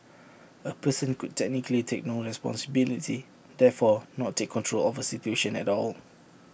A person could technically take no responsibility therefore not take control of A situation at all